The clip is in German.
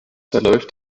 verläuft